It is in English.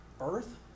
earth